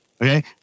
okay